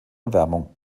erwärmung